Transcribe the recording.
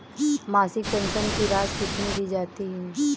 मासिक पेंशन की राशि कितनी दी जाती है?